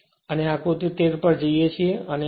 અમે આકૃતિ 13 પર જઈએ છીએ